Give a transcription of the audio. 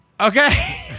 Okay